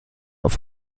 auf